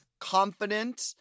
confident